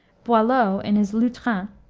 boileau, in his lutrin,